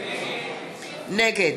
נגד